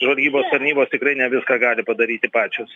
žvalgybos tarnybos tikrai ne viską gali padaryti pačios